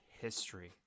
history